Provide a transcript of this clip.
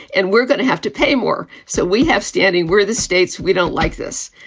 and we're going to have to pay more. so we have standing where the states we don't like this.